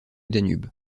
danube